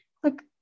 click